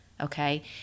okay